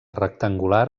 rectangular